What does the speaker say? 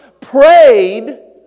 prayed